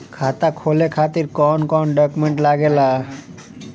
खाता खोले खातिर कौन कौन डॉक्यूमेंट लागेला?